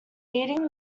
beating